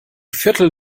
viertel